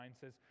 says